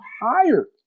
hired